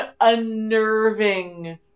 unnerving